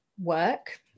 work